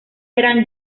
eran